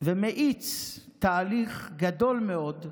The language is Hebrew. ומאיץ תהליך גדול מאוד,